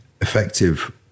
effective